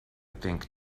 think